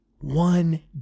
One